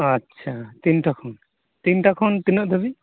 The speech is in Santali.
ᱟᱪᱪᱷᱟ ᱛᱤᱱᱴᱟ ᱠᱷᱚᱱ ᱛᱤᱱᱴᱟ ᱠᱷᱚᱱ ᱛᱤᱱᱟ ᱜ ᱫᱷᱟ ᱵᱤᱡ